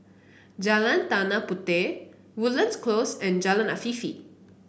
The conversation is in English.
Jalan Tanah Puteh Woodlands Close and Jalan Afifi